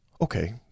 Okay